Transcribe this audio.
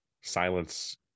Silence